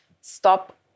Stop